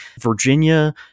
Virginia